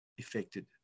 affected